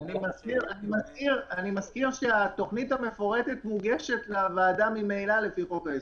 אני מזכיר שהתוכנית המפורטת מוגשת לוועדה ממילא לפי חוק היסוד.